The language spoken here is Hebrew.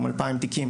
הם 2,000 תיקים,